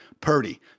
Purdy